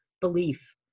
belief